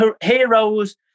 heroes